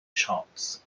charts